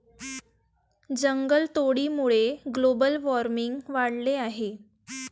जंगलतोडीमुळे global warming वाढले आहे